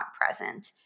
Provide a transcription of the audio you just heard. present